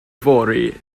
fory